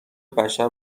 بشر